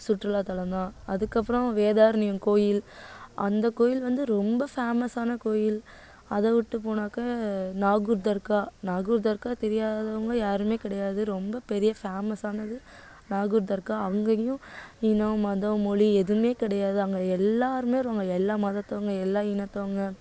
சுற்றுலாத்தலம் தான் அதுக்கப்புறம் வேதாரண்யம் கோவில் அந்த கோவில் வந்து ரொம்ப ஃபேமஸான கோவில் அதைவிட்டு போனாக்க நாகூர் தர்கா நாகூர் தர்கா தெரியாதவங்க யாருமே கிடையாது ரொம்ப பெரிய ஃபேமஸானது நாகூர் தர்கா அங்கேயும் இனம் மதம் மொழி எதுவுமே கிடையாது அங்கே எல்லோருமே வருவாங்க எல்லா மதத்தவங்க எல்லா இனத்தவங்க